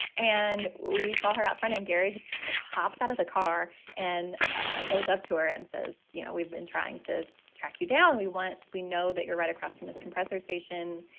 and we saw her out front. and gary just like hops out of the car and ah goes up to her and says, you know, we've been trying to track you down. we went, we know that you're right across from this compressor station.